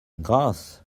grâce